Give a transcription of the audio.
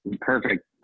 Perfect